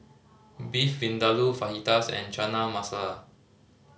Beef Vindaloo Fajitas and Chana Masala